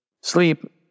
sleep